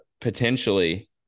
potentially